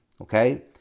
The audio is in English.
Okay